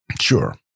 Sure